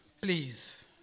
please